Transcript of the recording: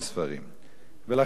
כשמדברים על הספר,